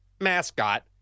mascot